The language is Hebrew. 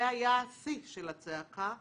זה היה השיא של הצעקה.